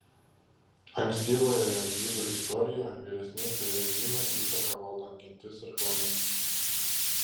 ankstyvojoje žydų istorijoje vyresnieji turėjo žymią įtaką valdant gentis ir klanus